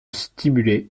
stimuler